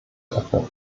öffnen